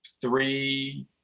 three